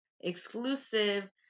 exclusive